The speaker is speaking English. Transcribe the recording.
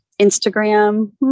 Instagram